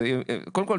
קודם כל,